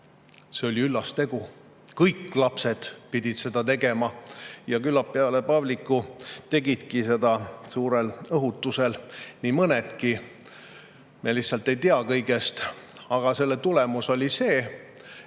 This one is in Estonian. See oli üllas tegu. Kõik lapsed pidid seda tegema ja küllap peale Pavliku tegid seda suurel õhutusel nii mõnedki. Me lihtsalt ei tea kõigest. Aga selle tulemus oli see, et